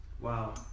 wow